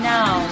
now